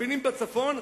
מלבינים בצפון,